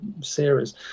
series